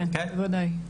כן, עדיין.